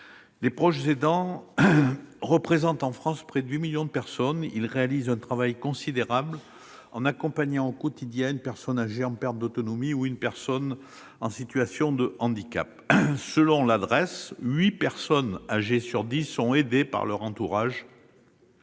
Les proches aidants représentent en France plus de huit millions de personnes. Ils réalisent un travail considérable, en accompagnant au quotidien une personne âgée en perte d'autonomie ou une personne en situation de handicap. Selon la direction de la recherche,